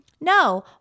no